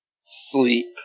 sleep